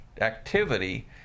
activity